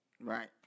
Right